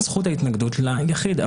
את זכות ההתנגדות ליחיד.